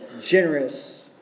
Generous